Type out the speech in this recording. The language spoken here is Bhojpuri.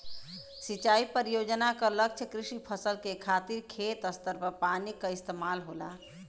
सिंचाई परियोजना क लक्ष्य कृषि फसल के खातिर खेत स्तर पर पानी क इस्तेमाल होला